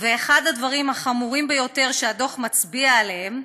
אחד הדברים החמורים ביותר שהדוח מצביע עליהם,